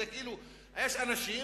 זה כאילו יש אנשים